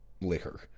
liquor